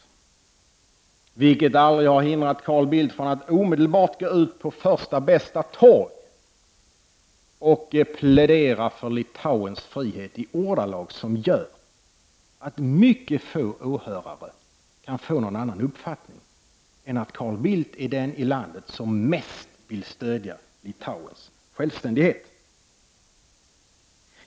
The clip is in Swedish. Detta har emellertid aldrig hindrat Carl Bildt från att omedelbart gå ut på första bästa torg och plädera för Litauens frihet i ordalag, som gör att mycket få åhörare kan få någon annan uppfattning än att Carl Bildt är den i det här landet som mest vill stödja Litauens självständighet.